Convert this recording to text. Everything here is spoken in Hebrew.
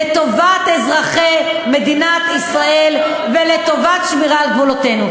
לטובת אזרחי מדינת ישראל ולטובת שמירה על גבולותינו.